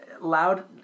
loud